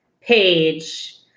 page